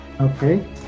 okay